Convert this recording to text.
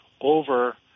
over